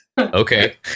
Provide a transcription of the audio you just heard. Okay